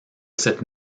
cette